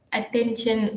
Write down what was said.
attention